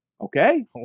okay